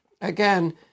Again